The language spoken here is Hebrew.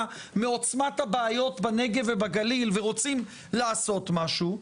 מעוצמת הבעיות בנגב ובגליל ורוצים לעשות משהו.